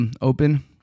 open